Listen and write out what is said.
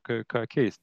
kai ką keist